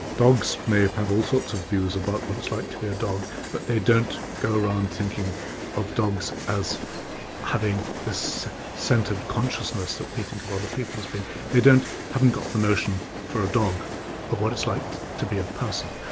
dogs may have all sorts of views about what it's like to be a dog, but they don't go around thinking of dogs as having this centred consciousness that we think of other people as being. they haven't got the notion for a dog of what it's like to be a person.